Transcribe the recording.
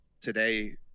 today